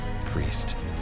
priest